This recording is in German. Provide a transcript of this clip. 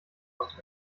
aus